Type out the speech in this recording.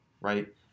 right